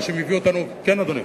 מה שמביא אותנו, כן, אדוני.